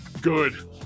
good